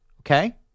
Okay